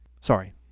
Sorry